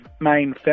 main